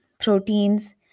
Proteins